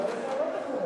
אתה יודע.